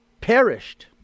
Perished